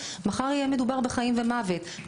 מחר יהיה מדובר בחיים ומוות,